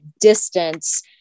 distance